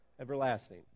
everlasting